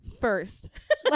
first